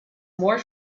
more